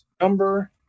number